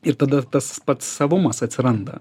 ir tada tas pats savumas atsiranda